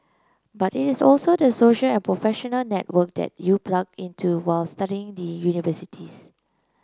but it is also the social and professional network that you plug into while studying the universities